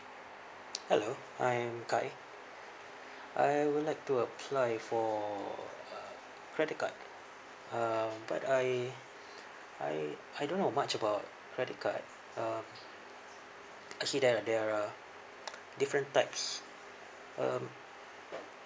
hello I'm kai I would like to apply for a credit card uh but I I I don't know much about credit card uh actually there are there are uh different types um